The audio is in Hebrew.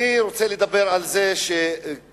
אני רוצה לדבר על זה שכולם